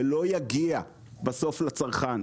זה לא יגיע בסוף לצרכן.